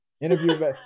interview